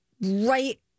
right